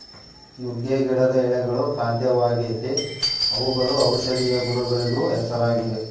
ನುಗ್ಗೆ ಗಿಡದ ಎಳೆಗಳು ಖಾದ್ಯವಾಗೆತೇ ಅವುಗಳು ಔಷದಿಯ ಗುಣಗಳಿಗೂ ಹೆಸರಾಗಿವೆ